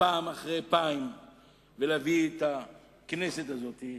פעם אחרי פעם ולהביא את הכנסת הזאת,